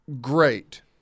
great